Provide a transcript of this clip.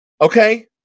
Okay